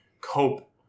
cope